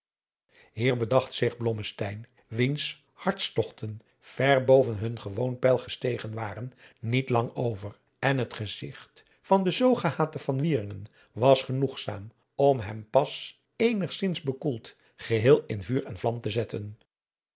hier bedacht zich blommesteyn wiens hartstogten ver boven hun gewoon peil gestegen waren niet lang over en het gezigt van den zoo gehaten van wieringen was genoegzaam om adriaan loosjes pzn het leven van johannes wouter blommesteyn hem pas eenigzins bekoeld geheel in vuur en vlam te zetten